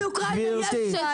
לא לשסע אוכלוסייה חלשה באחרת.